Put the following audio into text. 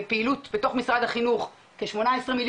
פעילות בתוך משרד החינוך כ-18,000,000,